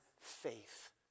faith